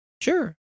Sure